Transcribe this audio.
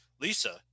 Lisa